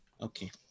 Okay